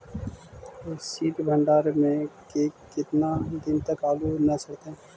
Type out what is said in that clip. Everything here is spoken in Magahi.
सित भंडार में के केतना दिन तक आलू न सड़तै?